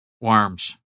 worms